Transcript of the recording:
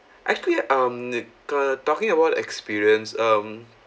actually um the kind talking about the experience um